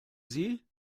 sie